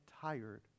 tired